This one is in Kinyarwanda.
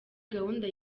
gahunda